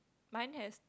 mine has